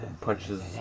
punches